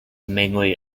mainly